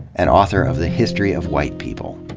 and author of the history of white people.